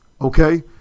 Okay